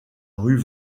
rue